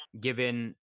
given